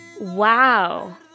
Wow